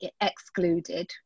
excluded